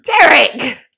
derek